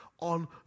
on